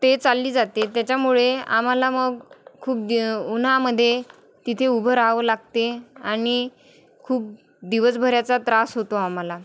ते चालली जाते त्याच्यामुळे आम्हाला मग खूप दि उन्हामध्ये तिथे उभं राहावं लागते आणि खूप दिवसभराचा त्रास होतो आम्हाला